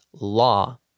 law